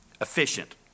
efficient